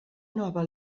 nova